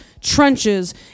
trenches